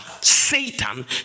Satan